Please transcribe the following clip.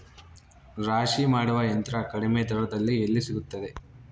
ರಾಶಿ ಮಾಡುವ ಯಂತ್ರ ಕಡಿಮೆ ದರದಲ್ಲಿ ಎಲ್ಲಿ ಸಿಗುತ್ತದೆ?